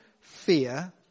fear